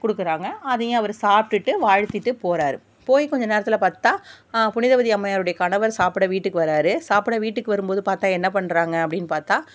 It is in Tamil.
கொடுக்குறாங்க அதையும் அவர் சாப்பிடுட்டு வாழ்த்திவிட்டு போறார் போய் கொஞ்ச நேரத்தில் பார்த்தா புனிதவதி அம்மையாருடைய கணவர் சாப்பிட வீட்டுக்கு வரார் சாப்பிட வீட்டுக்கு வரும்போது பார்த்தா என்ன பண்ணுறாங்க அப்படின் பார்த்தா